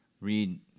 read